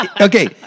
okay